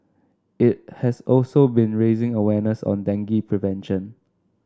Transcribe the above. it has also been raising awareness on dengue prevention